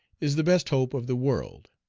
is the best hope of the world.